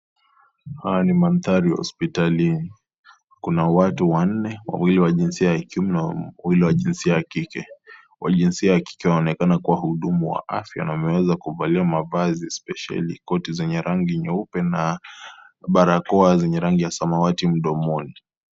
Haya ni mandhari ya hospitalini , kuna watu wanne wawili wa jinsia ya kiume na wawili wa jinsia ya kike . Wa jinsia ya kike wanaonekana kuwa wahudumu wa afya na wameweza kuvalia mavazi spesheli , koti zenye rangi nyeupe na barakoa zenye rangi ya samawati mdomoni .